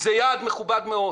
זה יעד מכובד מאוד